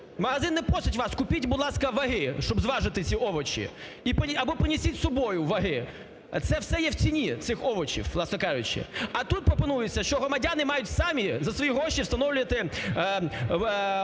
Магазин не просить вас, купіть, будь ласка, ваги, щоб зважити ці овочі, або принесіть з собою ваги. Це все є в ціні цих овочів, власне кажучи. А тут пропонується, що громадяни мають самі за свої гроші встановлювати